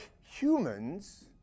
humans